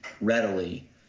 readily